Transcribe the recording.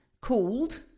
called